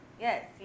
Yes